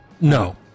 No